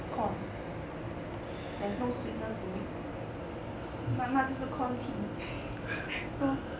corn there's no sweetness to it 那那就是 corn tea so